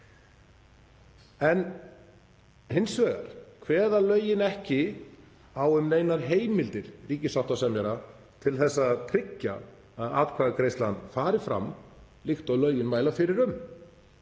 gr. Hins vegar kveða lögin ekki á um neinar heimildir ríkissáttasemjara til að tryggja að atkvæðagreiðslan fari fram líkt og lögin mæla fyrir um.